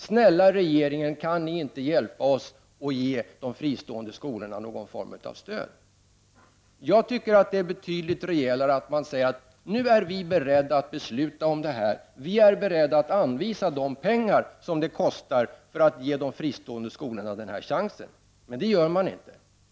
”Snälla regeringen, kan ni inte hjälpa oss och ge de fristående skolorna någon form av stöd?” Jag tycker att det är betydligt rejälare att man säger att ”nu är vi beredda att besluta om detta. Vi är beredda att anvisa de pengar som det kostar att ge de fristående skolorna denna chans.” Men det gör man inte.